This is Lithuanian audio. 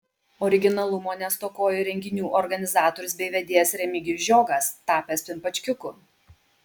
originalumo nestokojo ir renginių organizatorius bei vedėjas remigijus žiogas tapęs pimpačkiuku